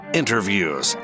interviews